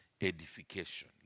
edification